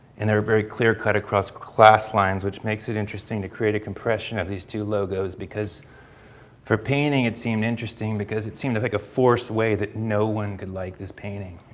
and they're very clear-cut across class lines which makes it interesting to create a compression of these two logos because for painting, it seemed interesting interesting because it seemed like a forced way that no one could like this painting.